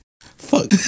Fuck